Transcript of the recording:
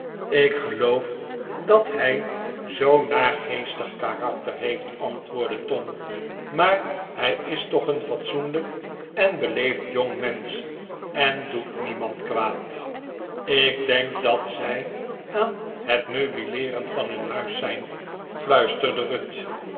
ik geloof dat hij zoo'n naargeestig karakter heeft antwoordde tom maar hij is toch een fatsoenlijk en beleefd jongmensch en doet niemand kwaad ik denk dat zij aan het meubileeren van hun huis zijn fluisterde ruth